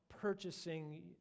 purchasing